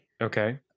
Okay